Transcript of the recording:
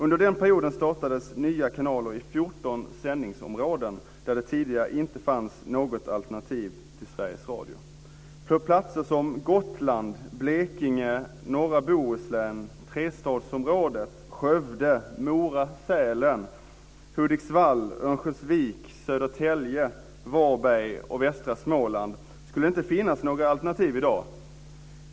Under den perioden startades nya kanaler i 14 sändningsområden, där det tidigare inte fanns något alternativ till På platser som Gotland, Blekinge, norra Bohuslän, Trestadsområdet, Skövde, Mora, Sälen, Hudiksvall, Örnsköldsvik, Södertälje, Varberg och västra Småland skulle det inte finnas några alternativ i dag.